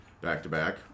back-to-back